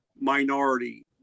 minority